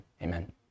Amen